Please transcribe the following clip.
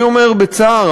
אני אומר בצער,